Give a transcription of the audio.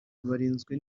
barinzwe